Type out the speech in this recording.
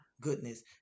goodness